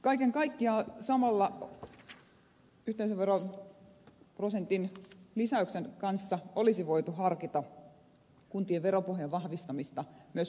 kaiken kaikkiaan samalla yhteisöveroprosentin lisäyksen kanssa olisi voitu harkita kuntien veropohjan vahvistamista myös muilla keinoilla